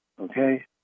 okay